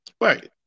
Right